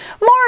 more